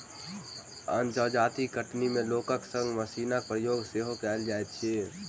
अन्य जजाति कटनी मे लोकक संग मशीनक प्रयोग सेहो कयल जाइत अछि